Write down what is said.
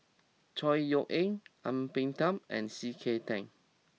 Chor Yeok Eng Ang Peng Tiam and C K Tang